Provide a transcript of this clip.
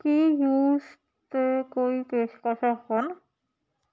ਕੀ juice 'ਤੇ ਕੋਈ ਪੇਸ਼ਕਸ਼ਾਂ ਹਨ